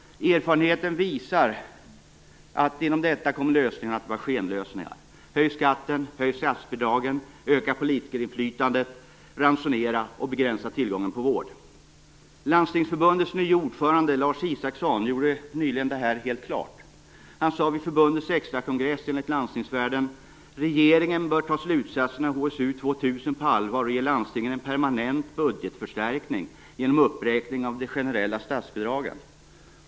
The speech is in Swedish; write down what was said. Erfarenheten visar att inom den kommer lösningarna på problemen att bli skenlösningar: Höj skatten, höj statsbidragen, öka politikerinflytandet och ransonera och begränsa tillgången på vård. Landstingsförbundets nye ordförande Lars Isaksson gjorde nyligen detta helt klart. Han sade vid förbundets extrakongress enligt Landstingsvärlden: "Regeringen bör ta slutsatserna i HSU 2000 på allvar och ge landstingen en permanent budgetförstärkning genom uppräkning av de generella statsbidragen".